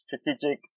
strategic